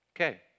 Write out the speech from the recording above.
Okay